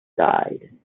died